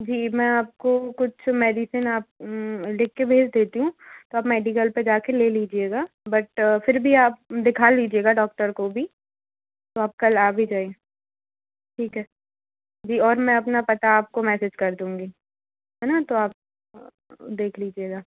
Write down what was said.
जी मैं आपको कुछ मेडिसिन आप लिख के भेज देती हूँ तो आप मेडिकल पर जा कर ले लीजिएगा बट्ट फिर भी आब दिखा लीजिएगा डॉक्टर को भी तो आप कल आ भी जाएँ ठीक है जी और मैं अपना पता आपको मैसेज कर दूँगी है ना तो आप देख लीजिएगा